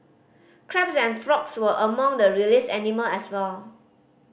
crabs and frogs were among the released animal as well